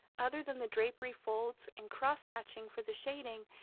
other than the drapery folds, and cross-hatching for the shading,